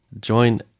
Join